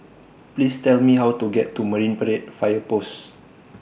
Please Tell Me How to get to Marine Parade Fire Post